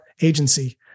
agency